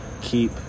keep